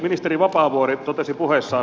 ministeri vapaavuori totesi puheessaan